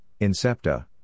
Incepta